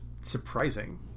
surprising